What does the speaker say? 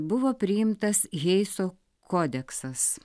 buvo priimtas heiso kodeksas